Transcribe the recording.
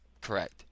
correct